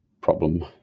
problem